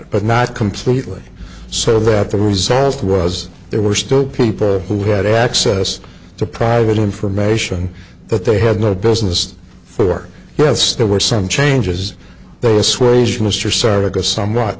it but not completely so that the result was there were still people who had access to private information that they had no business for yes there were some changes though assuage mr sarek a somewhat